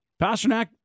Pasternak